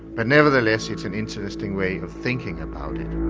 but nevertheless, it's an interesting way of thinking about it.